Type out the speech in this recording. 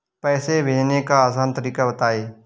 पैसे भेजने का आसान तरीका बताए?